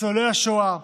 ניצולי השואה,